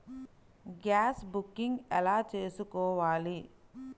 Gas booking ఎలా చేసుకోవాలి?